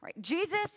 Jesus